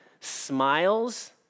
smiles